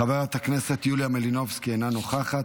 חברת הכנסת יוליה מלינובסקי, אינה נוכחת.